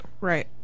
Right